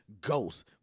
ghosts